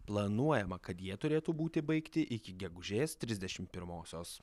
planuojama kad jie turėtų būti baigti iki gegužės trisdešim pirmosios